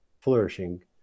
flourishing